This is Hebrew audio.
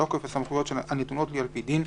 ובתוקף הסמכויות הנתונות לי על פי דין,